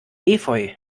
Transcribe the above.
efeu